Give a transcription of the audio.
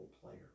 player